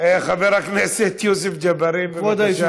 חבר הכנסת יוסף ג'בארין, בבקשה.